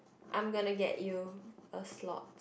I'm gonna get you a slot